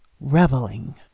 reveling